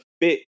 fit